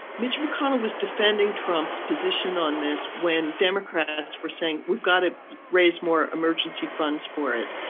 mitch mcconnell was defending trump's position on this when democrats were saying we've got to raise more emergency funds for it.